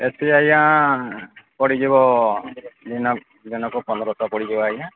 ଏଠି ଆଜ୍ଞା ପଡ଼ିଯିବ ଦିନ ଦିନକୁ ପନ୍ଦରଶହ ପଡ଼ିଯିବ ଆଜ୍ଞା